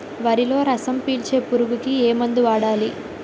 వరిలో రసం పీల్చే పురుగుకి ఏ మందు వాడాలి?